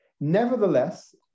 Nevertheless